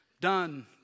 done